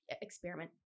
Experiment